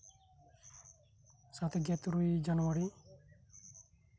ᱥᱟᱛ ᱜᱮᱛᱩᱨᱩᱭ ᱡᱟᱱᱩᱣᱟᱨᱤ